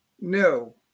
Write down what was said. no